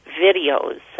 videos